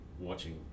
watching